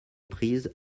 prise